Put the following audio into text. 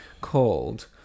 Called